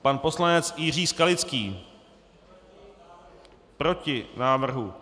Pan poslanec Jiří Skalický: Proti návrhu.